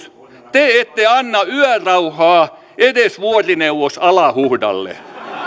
te ette anna yörauhaa edes vuorineuvos alahuhdalle